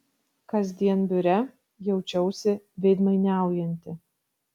kasdien biure jaučiausi veidmainiaujanti